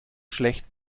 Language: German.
schlecht